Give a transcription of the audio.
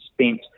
spent